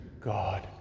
God